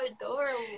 adorable